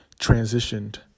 transitioned